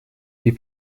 wie